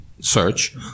Search